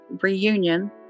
reunion